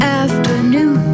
afternoon